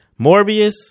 Morbius